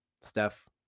Steph